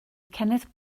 kenneth